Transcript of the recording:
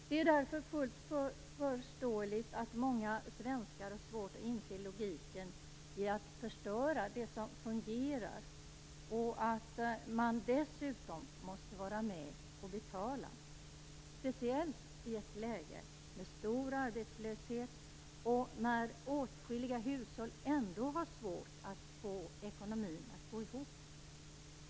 Det är därför fullt förståeligt att många svenskar har svårt att inse logiken i att förstöra det som fungerar, och att de dessutom måste vara med att betala. Det gäller speciellt i ett läge med stor arbetslöshet, när åtskilliga hushåll ändå har svårt att få ekonomin att gå ihop.